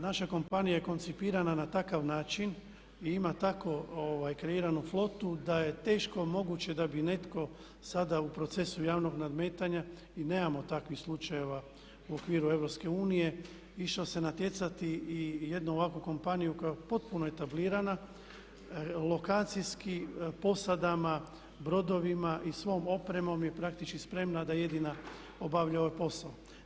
Naša kompanija je koncipirana na takav način i ima tako kreiranu flotu da je teško moguće da bi netko sada u procesu javnog nadmetanja i nemamo takvih slučajeva u okviru EU i što se natjecati i jednu ovakvu kompaniju koja je potpuno etablirana lokacijski posadama, brodovima i svom opremom je praktički spremna da jedina obavlja ovaj posao.